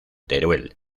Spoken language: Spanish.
teruel